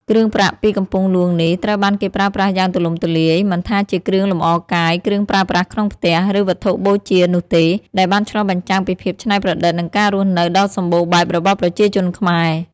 គ្រឿងប្រាក់ពីកំពង់ហ្លួងនេះត្រូវបានគេប្រើប្រាស់យ៉ាងទូលំទូលាយ មិនថាជាគ្រឿងលម្អកាយ គ្រឿងប្រើប្រាស់ក្នុងផ្ទះ ឬវត្ថុបូជានោះទេ ដែលបានឆ្លុះបញ្ចាំងពីភាពច្នៃប្រឌិត និងការរស់នៅដ៏សម្បូរបែបរបស់ប្រជាជនខ្មែរ។